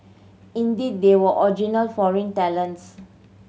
indeed they were original foreign talents